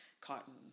cotton